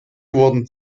wurden